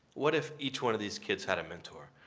what if each one of these kids had a mentor?